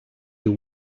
you